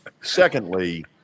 Secondly